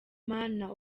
mana